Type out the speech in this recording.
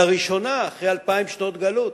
לראשונה אחרי אלפיים שנות גלות,